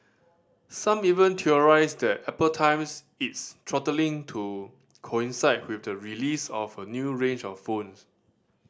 some even theorised that Apple times its throttling to coincide with the release of a new range of phones